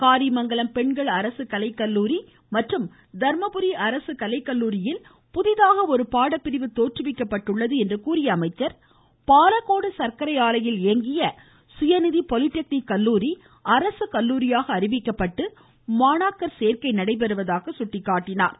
காரிமங்கலம் பெண்கள் அரசு கலைக்கல்லூரி மற்றும் தர்மபுரி அரசு கலைக்கல்லூரியில் புதிதாக ஒருபாடப்பிரிவு தோற்றுவிக்கப்பட்டுள்ளது என்று கூறிய அவர் பாலக்கோடு சர்க்கரை ஆலையில் இயங்கிய சுயநிதி பாலிடெக்னிக் கல்லூரி அரசு கல்லூரியாக அறிவிக்கப்பட்டு மாணவர் சேர்க்கை நடைபெறுவதாக சுட்டிக் காட்டினார்